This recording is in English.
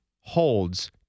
holds